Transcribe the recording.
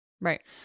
Right